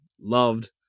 loved